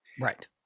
Right